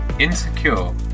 Insecure